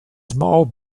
small